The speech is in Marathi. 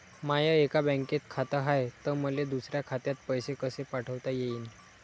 माय एका बँकेत खात हाय, त मले दुसऱ्या खात्यात पैसे कसे पाठवता येईन?